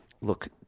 look